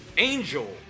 Angel